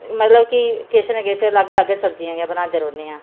मतलब कि किश ना किश लग्ग लग्ग सब्जियां गै बनांदे रौह्न्ने आं